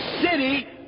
city